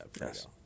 Yes